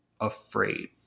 afraid